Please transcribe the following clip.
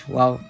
Wow